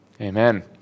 amen